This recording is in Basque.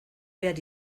behar